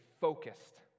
focused